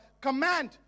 command